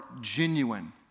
genuine